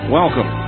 welcome